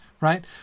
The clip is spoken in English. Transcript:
right